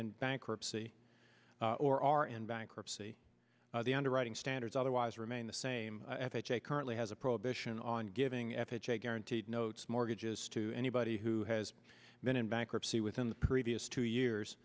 in bankruptcy or are in bankruptcy the underwriting standards otherwise remain the same f h a currently has a prohibition on giving f h a guaranteed notes mortgages to anybody who has been in bankruptcy within the previous two years